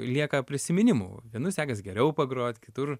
lieka prisiminimų vienu sekas geriau pagrot kitur